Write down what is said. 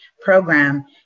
program